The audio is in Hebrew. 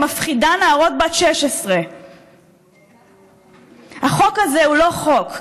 מפחידה נערות בנות 16. החוק הזה הוא לא חוק.